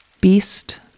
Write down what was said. Beast